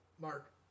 Mark